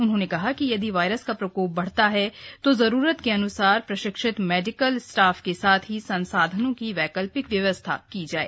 उन्होंने कहा कि यदि वायरस का प्रकोप बढ़ता है तो जरूरत के अनुसार प्रशिक्षित मेडिकल स्टाफ के साथ ही संसाधनों की वैकल्पिक व्यवस्था की जाए